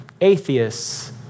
atheists